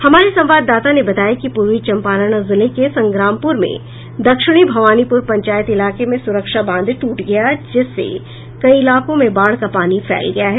हमारे संवाददाता ने बताया कि पूर्वी चंपारण जिले के संग्रामपूर में दक्षिणी भवानीपूर पंचायत इलाके में सुरक्षा बांध ट्रट गया जिससे कई इलाकों में बाढ़ का पानी फैल गया है